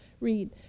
read